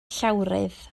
llawrydd